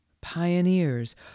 pioneers